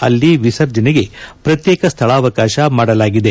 ಅಲ್ಲಿ ವಿಸರ್ಜನೆಗೆ ಪ್ರತ್ಲೇಕ ಸ್ಥಳಾವಕಾಶ ಮಾಡಲಾಗಿದೆ